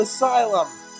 Asylum